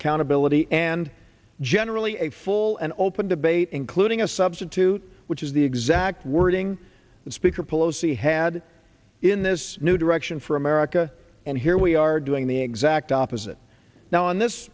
accountability and generally a full and open debate including a substitute which is the exact wording that speaker pelosi had in this new direction for america and here we are doing the exact opposite now on this